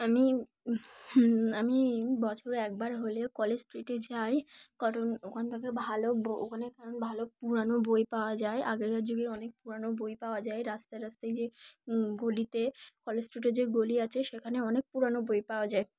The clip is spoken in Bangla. আমি আমি বছরে একবার হলে কলেজ স্ট্রিটে যাই কারণ ওখান থেকে ভালো ব ওখানে কারণ ভালো পুরানো বই পাওয়া যায় আগেকার যুগের অনেক পুরানো বই পাওয়া যায় রাস্তা রাস্তায় যে গলিতে কলেজ স্ট্রিটে যে গলি আছে সেখানে অনেক পুরানো বই পাওয়া যায়